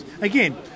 again